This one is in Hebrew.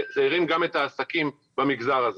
זה הרים גם את העסקים במגזר הזה.